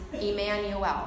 Emmanuel